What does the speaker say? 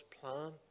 plan